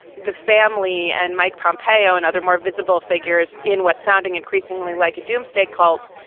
the family and mike pompeo and other more visible figures in what sounding increasingly like a doomsday cult,